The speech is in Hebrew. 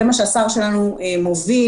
זה מה שהשר שלנו מוביל,